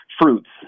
fruits